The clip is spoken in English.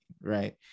Right